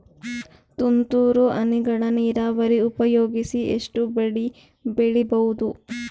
ತುಂತುರು ಹನಿಗಳ ನೀರಾವರಿ ಉಪಯೋಗಿಸಿ ಎಷ್ಟು ಬೆಳಿ ಬೆಳಿಬಹುದು?